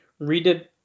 redid